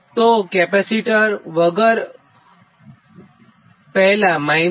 તો કેપેસિટર વગર પહેલા - 36